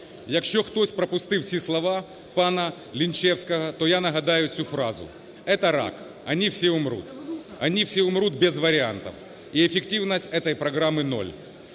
Якщо хтось пропустив ці слова пана Лінчевського, то я нагадаю цю фразу. "Это рак. Они все умрут. Они все умрут без вариантов. И эффективность этой программы – ноль."